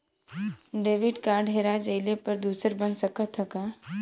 Debit card हेरा जइले पर दूसर बन सकत ह का?